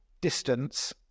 distance